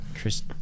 Chris